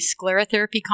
sclerotherapy